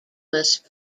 must